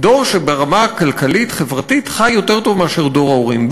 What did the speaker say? דור שברמה הכלכלית-חברתית חי יותר טוב מאשר דור ההורים,